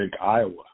Iowa